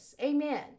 Amen